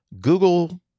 Google